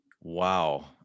Wow